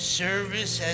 service